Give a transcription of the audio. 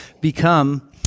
become